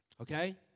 Okay